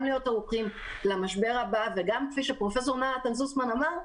להיות ערוכים למשבר הבא וגם כפי שפרופ' נתן זוסמן אמר: